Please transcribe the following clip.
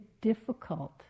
difficult